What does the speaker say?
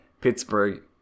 Pittsburgh